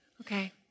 Okay